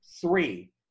Three